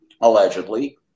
Allegedly